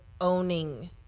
owning